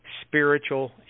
spiritual